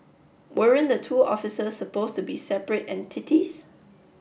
weren't the two offices supposed to be separate entities